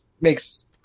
makes